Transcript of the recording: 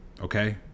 Okay